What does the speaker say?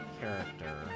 character